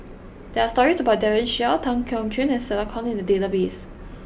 there are stories about Daren Shiau Tan Keong Choon and Stella Kon in the database